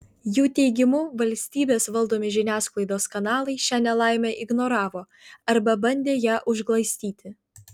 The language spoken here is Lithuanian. jų teigimu valstybės valdomi žiniasklaidos kanalai šią nelaimę ignoravo arba bandė ją užglaistyti